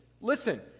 listen